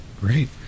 Great